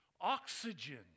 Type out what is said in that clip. oxygen